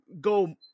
go